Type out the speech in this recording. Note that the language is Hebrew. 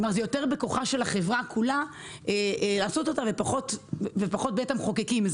זה יותר בכוחה של החברה כולה לעשות את זה ופחות בית המחוקקים.